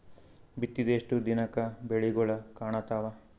ಬಿತ್ತಿದ ಎಷ್ಟು ದಿನಕ ಬೆಳಿಗೋಳ ಕಾಣತಾವ?